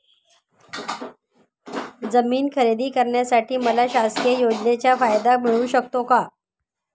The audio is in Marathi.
जमीन खरेदी करण्यासाठी मला शासकीय योजनेचा फायदा मिळू शकतो का?